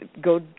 go